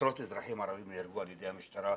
עשרות אזרחים ערבים נהרגו על ידי המשטרה.